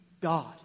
God